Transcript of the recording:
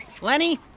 Lenny